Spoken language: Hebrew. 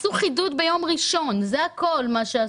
עשו חידוד ביום ראשון, אז מה,